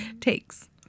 takes